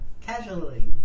casually